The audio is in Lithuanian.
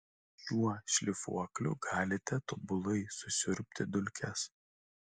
šiuo šlifuokliu galite tobulai susiurbti dulkes